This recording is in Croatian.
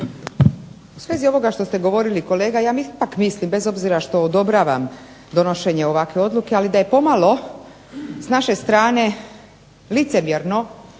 U svezi ovoga što ste govorili kolega ja ipak mislim bez obzira što odobravam donošenje ovakve odluke, ali da je pomalo s naše strane licemjerno